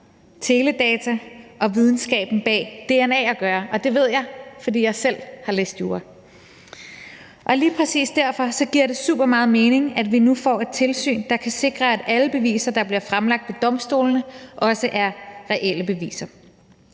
teledata og videnskaben bag dna at gøre. Og det ved jeg, fordi jeg selv har læst jura. Og lige præcis derfor giver det super meget mening, at vi nu får et tilsyn, der kan sikre, at alle beviser, der bliver fremlagt for domstolene, også er reelle beviser.